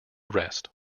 arrest